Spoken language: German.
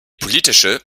politische